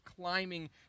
climbing